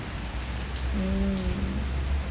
mm